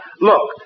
Look